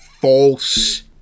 false